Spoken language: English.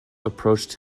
approached